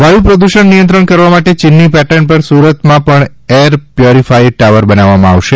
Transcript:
વાયુ પ્રદૂષણ નિયંત્રણ કરવા માટે ચીનની પેટર્ન પર સુરતમાં પણ એર પ્યોરિફાયર ટાવર બનાવવામાં આવશે